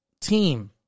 team